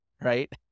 right